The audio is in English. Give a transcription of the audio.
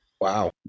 Wow